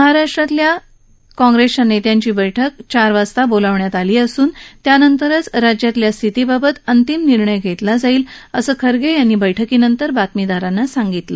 महाराष्ट्रातल्या नेत्यांची बैठक चार वाजता बैठक बोलवण्यात आली असून त्यानंतरच राज्यातल्या स्थितीबाबत अंतिम निर्णय घेतला जाईल असं खर्गे यांनी बैठकीनंतर बातमीदारांना सांगितलं